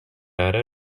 ara